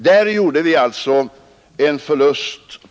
Där gjorde vi alltså en förlust.